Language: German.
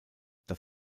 das